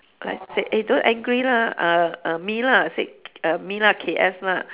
like said eh don't angry lah uh uh me lah said uh me lah K S lah